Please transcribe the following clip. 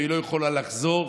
והיא לא יכולה לחזור,